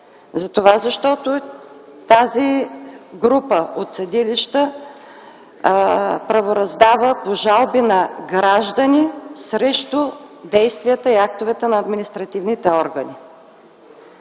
действия, защото тази група от съдилища правораздава по жалби на граждани срещу действията и актовете на административните органи.